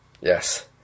Yes